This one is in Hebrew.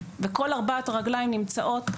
וכל ארבע הרגליים נמצאות,